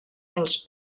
els